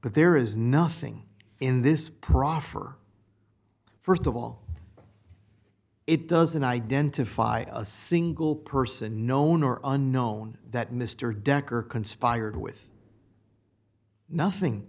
but there is nothing in this proffer st of all it doesn't identify a single person known or unknown that mr decker conspired with nothing